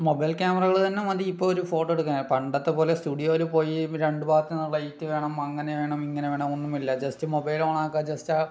mobile ക്യാമറകള് തന്നെ മതി ഇപ്പോൾ ഒരു ഫോട്ടോ എടുക്കാൻ പണ്ടത്തെ പോലെ സ്റ്റുഡിയോയില് പോയി ഇപ്പം രണ്ടു ഭാഗത്തു നിന്നും ലൈറ്റ് വേണം അങ്ങനെ വേണം ഇങ്ങനെ വേണം ഒന്നുമില്ല ജസ്റ്റ് മൊബൈല് ഓണാക്കുക ജസ്റ്റ് ആ